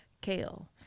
kale